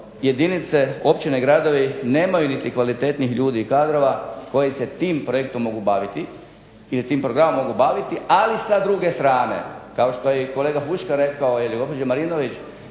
jedinice, općine i gradovi nemaju niti kvalitetnih ljudi i kadrova koji se tim projektom mogu baviti ili tim programom mogu baviti. Ali sa druge strane kao što je i kolega Fučkor rekao ili gospođa Marinović